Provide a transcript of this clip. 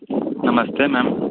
Namaste ma'am